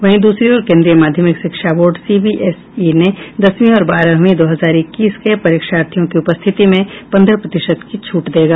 वहीं दूसरी ओर केंद्रीय माध्यमिक शिक्षा बोर्ड सीबीएसई ने दसवीं और बारहवीं दो हजार इक्कीस के परीक्षार्थियों की उपस्थिति में पंद्रह प्रतिशत की छूट देगा